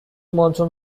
monsoon